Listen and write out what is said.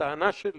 הטענה שלי